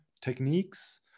techniques